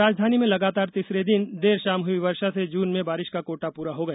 राजधानी में लगातार तीसरे दिन देर शाम हई वर्षा से जून में बारिश का कोटा पूरा हो गया